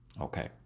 Okay